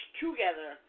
together